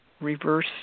reverse